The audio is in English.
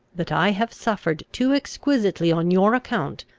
that i have suffered too exquisitely on your account,